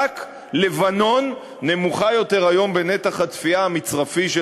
רק בלבנון נמוך יותר היום נתח הצפייה המצרפי של